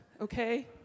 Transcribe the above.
okay